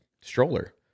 stroller